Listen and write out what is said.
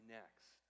next